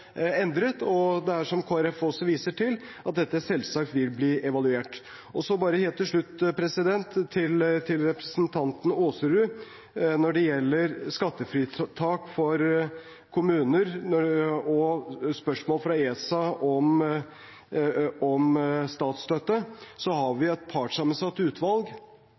endret. Og som Kristelig Folkeparti viser til, vil dette selvsagt bli evaluert. Helt til slutt til representanten Aasrud: Når det gjelder skattefritak for kommuner og spørsmål fra ESA om statsstøtte, har vi et partssammensatt utvalg